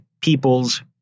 people's